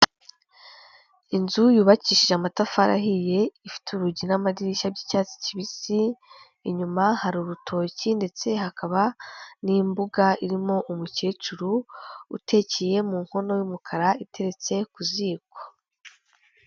Inzu yubakishije amatafari ahiye ifite urugi n'amadirishya by'icyatsi kibisi, inyuma hari urutoki ndetse hakaba n'imbuga irimo umukecuru utekiye mu nkono y'umukara iteretse ku ziko.